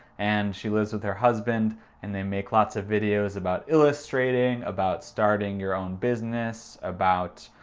and she lives with her husband and they make lots of videos about illustrating, about starting your own business, about.